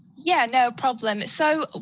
yeah, no problem. so,